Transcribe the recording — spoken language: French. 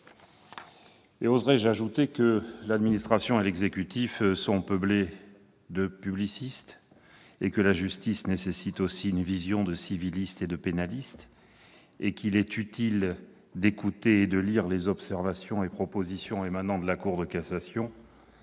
Oserai-je ajouter que l'administration et l'exécutif sont peuplés de publicistes, mais que la justice nécessite aussi une vision de civiliste et de pénaliste et qu'il est utile d'écouter et de lire les observations et propositions émanant de la Cour de cassation.